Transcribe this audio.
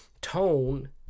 tone